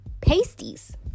pasties